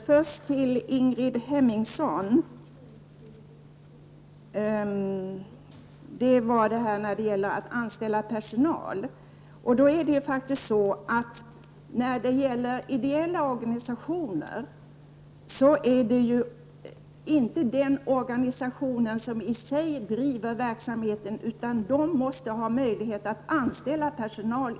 Herr talman! Först vänder jag mig till Ingrid Hemmingsson. Det är inte de ideella organisationerna i sig som driver verksamheten, utan de måste ha möjlighet att anställa personal.